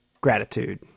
gratitude